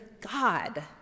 God